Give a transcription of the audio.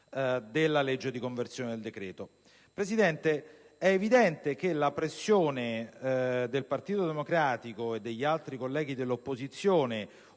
della legge di conversione del decreto-legge. È evidente che la pressione del Gruppo del Partito Democratico e degli altri colleghi dell'opposizione,